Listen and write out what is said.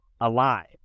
alive